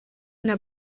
una